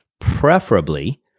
preferably